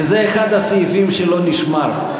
וזה אחד הסעיפים שלא נשמרו פה.